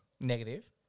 Negative